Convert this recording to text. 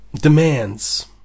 demands